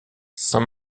saint